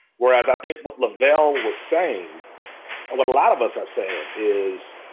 whereas i think what leavelle was saying and what a lot of us are saying it is,